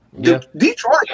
Detroit